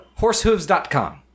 Horsehooves.com